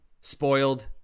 spoiled